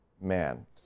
Man